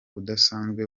udasanzwe